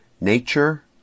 Nature